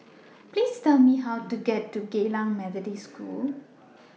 Please Tell Me How to get to Geylang Methodist School